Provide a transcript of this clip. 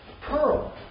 pearl